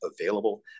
available